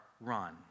run